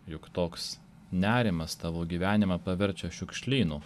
juk toks nerimas tavo gyvenimą paverčia šiukšlynu